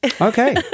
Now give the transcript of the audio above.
Okay